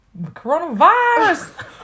Coronavirus